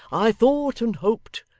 i thought and hoped,